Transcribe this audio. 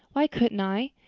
why couldn't i?